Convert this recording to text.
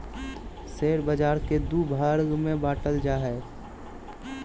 share बाज़ार के दू वर्ग में बांटल जा हइ